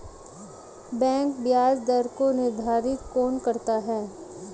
Bank ब्याज दर को निर्धारित कौन करता है?